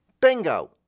Bingo